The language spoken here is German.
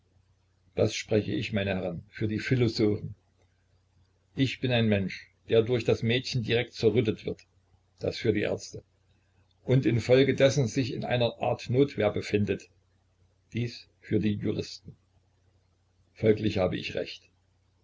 das spreche ich meine herrn für die philosophen ich bin ein mensch der durch das mädchen direkt zerrüttet wird das für die ärzte und infolge dessen sich in einer art notwehr befindet dies für die juristen folglich habe ich recht